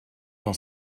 dans